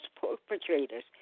perpetrators